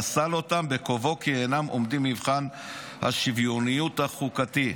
פסל אותם בקובעו כי אינם עומדים במבחן השוויוניות החוקתית.